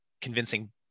convincing